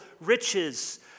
riches